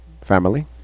family